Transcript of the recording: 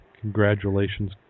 Congratulations